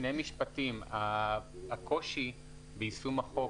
הקושי ביישום החוק,